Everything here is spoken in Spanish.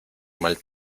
mal